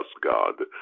God